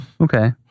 Okay